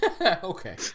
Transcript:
Okay